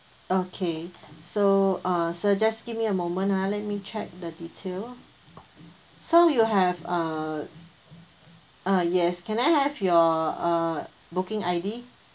okay so uh sir just give me a moment ah let me check the detail so you have uh uh yes can I have your uh booking I_D